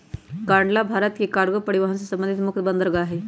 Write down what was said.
कांडला भारत के कार्गो परिवहन से संबंधित मुख्य बंदरगाह हइ